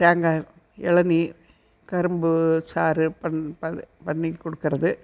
தேங்காய் இளநிர் கரும்பு சாறு பண் ப பண்ணிக்கொடுக்கறது